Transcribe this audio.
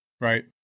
Right